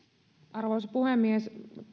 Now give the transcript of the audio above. arvoisa puhemies